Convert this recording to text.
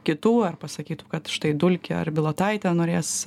kitų ar pasakytų kad štai dulkį ar bilotaitę norės